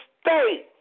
stay